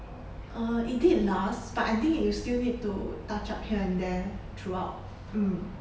uh it did last but I think you still need to touch up here and there throughout mm